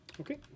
Okay